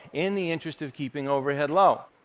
in the interest of keeping overhead low.